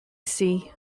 see